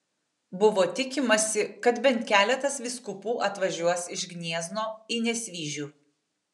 buvo tikimasi kad bent keletas vyskupų atvažiuos iš gniezno į nesvyžių